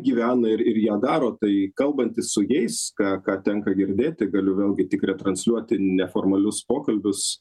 gyvena ir ir ją daro tai kalbantis su jais ką ką tenka girdėti galiu vėlgi tik retransliuoti neformalius pokalbius